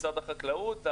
משרד החקלאות,